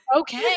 Okay